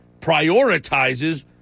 prioritizes